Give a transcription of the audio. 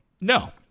No